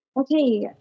Okay